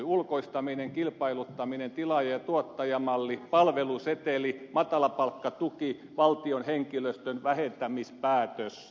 ulkoistaminen kilpailuttaminen tilaajatuottaja malli palveluseteli matalapalkkatuki valtion henkilöstön vähentämispäätös